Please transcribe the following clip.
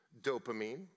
dopamine